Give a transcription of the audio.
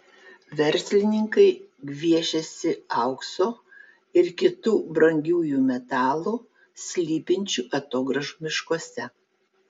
verslininkai gviešiasi aukso ir kitų brangiųjų metalų slypinčių atogrąžų miškuose